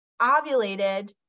ovulated